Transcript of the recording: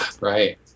Right